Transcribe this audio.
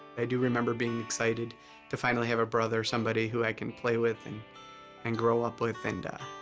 i do remember being excited to finally have a brother, somebody who i can play with and and grow up with and, ah,